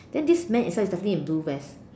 then this man inside is in blue vest